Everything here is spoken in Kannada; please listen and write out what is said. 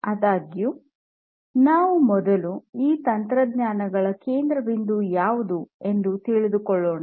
ಅದಾಗ್ಯೂ ನಾವು ಮೊದಲು ಈ ತಂತ್ರಜ್ಞಾನಗಳ ಕೇಂದ್ರಬಿಂದು ಯಾವುದು ಎಂದು ತಿಳಿದುಕೊಳ್ಳೋಣ